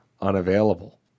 unavailable